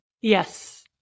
Yes